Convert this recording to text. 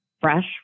fresh